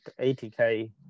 ATK